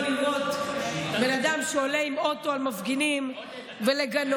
לראות בן אדם שעולה עם אוטו על מפגינים ולגנות.